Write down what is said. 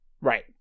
right